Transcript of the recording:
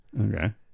Okay